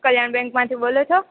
કલ્યાણ બેન્કમાંથી બોલો છો